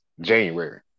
January